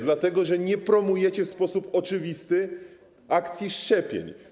Dlatego, że nie promujecie w sposób oczywisty akcji szczepień.